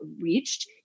reached